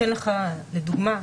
לדוגמה,